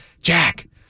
Jack